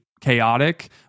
chaotic